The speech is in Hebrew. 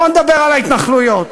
בוא נדבר על ההתנחלויות.